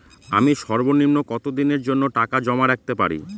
আমি সর্বনিম্ন কতদিনের জন্য টাকা জমা রাখতে পারি?